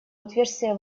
отверстия